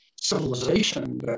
civilization